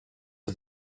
for